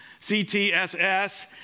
CTSS